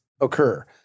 occur